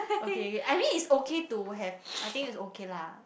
okay I think it's okay to have I think it's okay lah